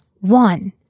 One